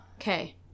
Okay